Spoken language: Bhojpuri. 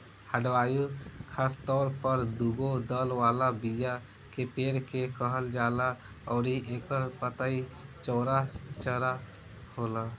हार्डवुड खासतौर पर दुगो दल वाला बीया के पेड़ के कहल जाला अउरी एकर पतई चौड़ा चौड़ा होला